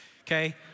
okay